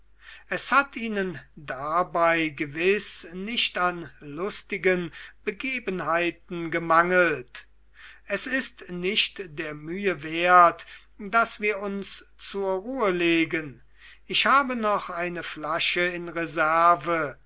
es hat ihnen dabei gewiß nicht an lustigen begebenheiten gemangelt es ist nicht der mühe wert daß wir uns zur ruhe legen ich habe noch eine flasche in reserve